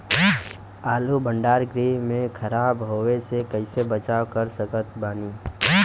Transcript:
आलू भंडार गृह में खराब होवे से कइसे बचाव कर सकत बानी?